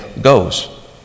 goes